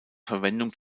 verwendung